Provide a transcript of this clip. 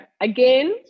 again